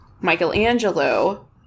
Michelangelo